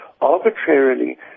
arbitrarily